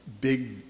big